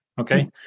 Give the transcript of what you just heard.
Okay